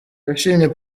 yashimye